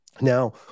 now